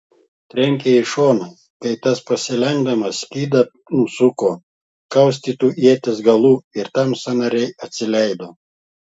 trenkė į šoną kai tas pasilenkdamas skydą nusuko kaustytu ieties galu ir tam sąnariai atsileido